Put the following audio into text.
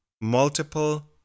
multiple